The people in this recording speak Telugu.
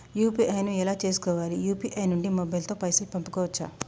యూ.పీ.ఐ ను ఎలా చేస్కోవాలి యూ.పీ.ఐ నుండి మొబైల్ తో పైసల్ పంపుకోవచ్చా?